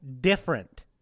different